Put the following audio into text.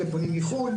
אלה פונים מחו"ל.